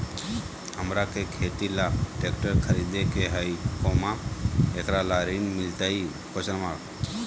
हमरा के खेती ला ट्रैक्टर खरीदे के हई, एकरा ला ऋण मिलतई?